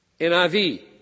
NIV